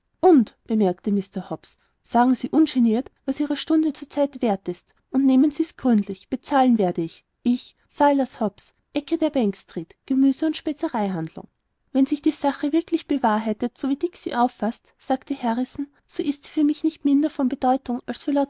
und bemerkte mr hobbs sagen sie ungeniert was ihre zeit zur stunde wert ist und nehmen sie's gründlich bezahlen werde ich ich silas hobbs ecke der blankstreet gemüse und spezereihandlung wenn sich die sache wirklich bewahrheitet so wie dick sie auffaßt sagte harrison so ist sie für mich nicht minder von bedeutung als